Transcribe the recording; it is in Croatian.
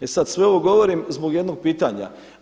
E sad sve ovo govorim zbog jednog pitanja.